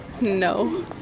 No